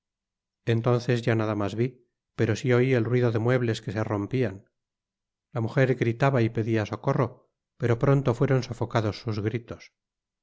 entonces ya nada mas vi pero si oí el ruido de muebles que se rompían la mujer gritaba y pedia socorro peró pronto fueron sufocados sus grrfes